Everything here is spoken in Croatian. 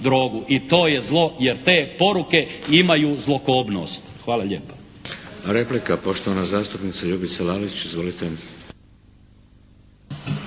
i to je zlo jer te poruke imaju zlokobnost. Hvala lijepa.